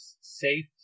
safe